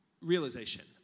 Realization